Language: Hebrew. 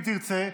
אם תרצה,